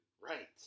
Right